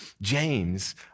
James